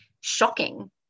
shocking